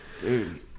Dude